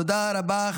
תודה רבה.